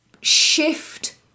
shift